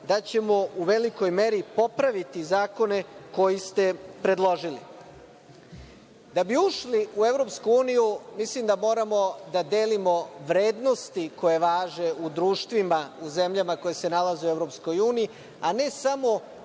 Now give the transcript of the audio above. da ćemo u velikoj meri popraviti zakone koje ste predložili. Da bi ušli u EU mislim da moramo da delimo vrednosti koje važe u društvima u zemljama koje se nalaze u EU, a ne samo